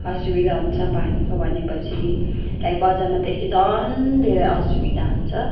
असुविधा हुन्छ पानीको भनेपछि लाइक बजारमा त झन् धेरै असुविधा हुन्छ